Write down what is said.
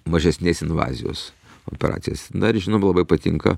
mažesnės invazijos operacijas na ir žinoma labai patinka